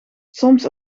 soms